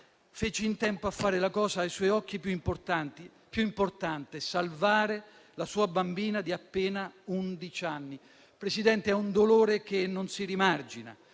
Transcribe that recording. fece in tempo a fare la cosa ai suoi occhi più importante: salvare la sua bambina di appena undici anni. Signor Presidente, è un dolore che non si rimargina